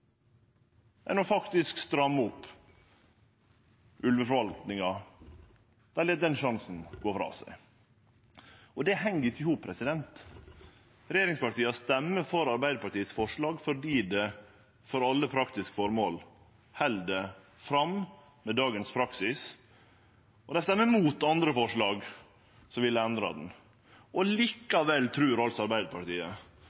faktisk å stramme opp ulveforvaltinga. Dei lèt den sjansen gå frå seg. Det heng ikkje i hop. Regjeringspartia røystar for Arbeidarpartiets forslag fordi ein med det, for alle praktiske føremål, vil halde fram med dagens praksis, og dei røystar mot andre forslag, som ville ha endra